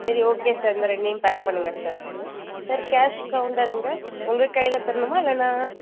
சரி okay sir இந்த ரெண்டையும் பேக் பண்ணுங்கள் சார் சார் கேஷ் கவுண்டர் எங்கே உங்கள் கையில தரணுமா இல்லைன்னா